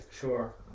Sure